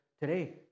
today